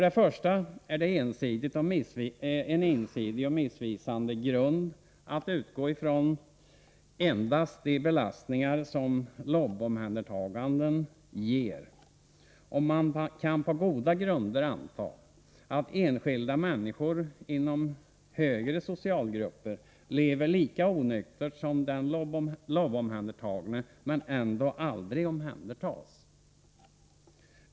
Det är dock en ensidig och missvisande grund att utgå från endast de belastningar som LOB-omhändertaganden ger, och man kan på goda grunder anta att enskilda människor inom högre socialgrupper lever lika onyktert som den LOB-omhändertagne men ändå aldrig omhändertas.